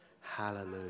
Hallelujah